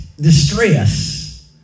distress